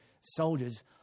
soldiers